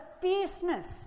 fierceness